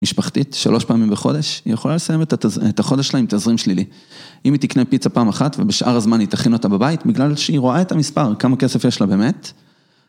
משפחתית, שלוש פעמים בחודש, היא יכולה לסיים את החודש שלה אם תזרים שלילי. אם היא תקנה פיצה פעם אחת ובשאר הזמן היא תכין אותה בבית, בגלל שהיא רואה את המספר, כמה כסף יש לה באמת.